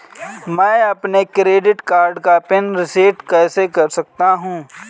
मैं अपने credit card का पिन रिसेट कैसे कर सकता हूँ?